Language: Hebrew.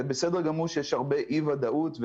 זה בסדר גמור שיש הרבה אי ודאות,